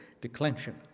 declension